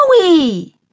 Joey